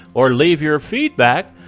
or leave your feedback.